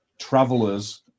travelers